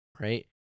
Right